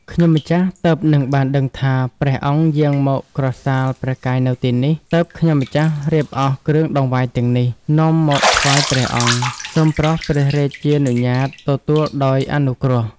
ខ្ញុំម្ចាស់ទើបនឹងបានដឹងថា ព្រះអង្គយាងមកក្រសាលព្រះកាយនៅទីនេះ ទើបខ្ញុំម្ចាស់រៀបអស់គ្រឿងដង្វាយទាំងនេះ នាំមកថ្វាយព្រះអង្គ សូមប្រោសព្រះរាជានុញ្ញាតទទួលដោយអនុគ្រោះ ។